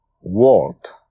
Walt